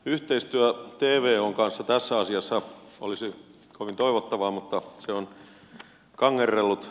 yhteistyö tvon kanssa tässä asiassa olisi kovin toivottavaa mutta se on kangerrellut